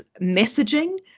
messaging